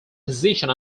position